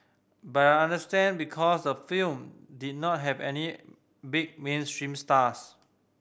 but I understand because the film did not have any big mainstream stars